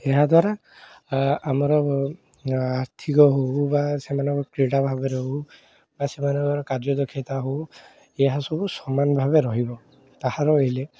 ଏହାଦ୍ୱାରା ଆମର ଆର୍ଥିକ ହେଉ ବା ସେମାନଙ୍କର କ୍ରୀଡ଼ା ଭାବରେ ହେଉ ବା ସେମାନଙ୍କର କାର୍ଯ୍ୟଦକ୍ଷତା ହେଉ ଏହାସବୁ ସମାନ ଭାବରେ ରହିବ ତାହା ରହିଲେ